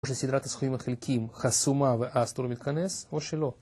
או שסדרת הסכומים החלקיים חסומה ואז טור לא מתכנס, או שלא.